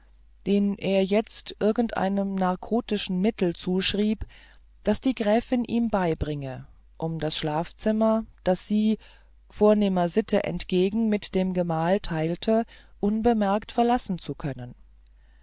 den er jetzt irgendeinem narkotischen mittel zuschrieb das die gräfin ihm beibringe um das schlafzimmer das sie vornehmer sitte entgegen mit dem gemahl teilte unbemerkt verlassen zu können